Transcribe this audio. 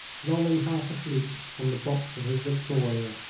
lolling half asleep on the box of his victoria.